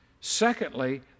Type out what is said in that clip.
Secondly